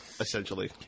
essentially